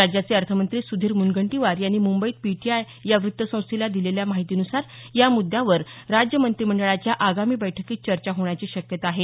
राज्याचे अर्थमंत्री सुधीर मुनगंटीवार यांनी मुंबईत पीटीआय या वृत्तसंस्थेला दिलेल्या माहितीनुसार या मुद्यावर राज्य मंत्रिमंडळाच्या आगामी बैठकीत चर्चा होण्याची शक्यता आहे